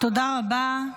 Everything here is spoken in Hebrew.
תודה רבה.